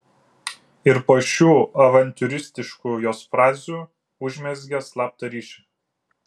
ir po šių avantiūristiškų jos frazių užmezgė slaptą ryšį